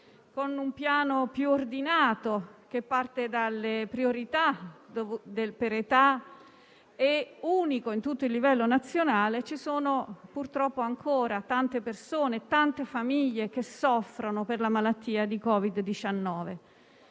con un piano più ordinato che parte dalle priorità per età e unico su tutto il livello nazionale, ci sono, purtroppo, ancora tante persone, tante famiglie che soffrono per la malattia da Covid-19.